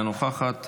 אינה נוכחת,